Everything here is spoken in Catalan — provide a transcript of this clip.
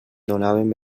donaven